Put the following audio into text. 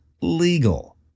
legal